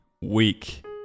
week